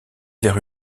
vers